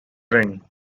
ring